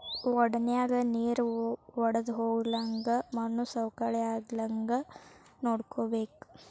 ವಡನ್ಯಾಗ ನೇರ ವಡ್ದಹೊಗ್ಲಂಗ ಮಣ್ಣು ಸವಕಳಿ ಆಗ್ಲಂಗ ನೋಡ್ಕೋಬೇಕ